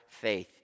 faith